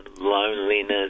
loneliness